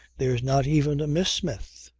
there's not even a miss smith.